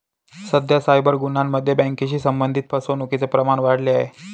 सध्या सायबर गुन्ह्यांमध्ये बँकेशी संबंधित फसवणुकीचे प्रमाण वाढले आहे